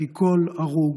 כי כל הרוג,